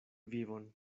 vivon